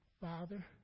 Father